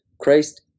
christ